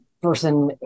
person